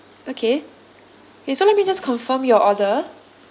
okay K so let me just confirm your order